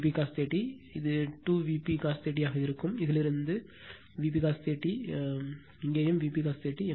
எனவே Vp cos 30 இது 2 Vp cos 30 ஆக இருக்கும் இங்கிருந்து Vp cos 30 இங்கிருந்து இங்கேயும் Vp cos 30